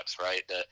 right